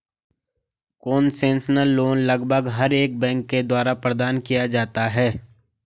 concessional loan लगभग हर एक बैंक के द्वारा प्रदान किया जाता है